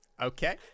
Okay